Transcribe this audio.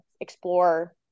explore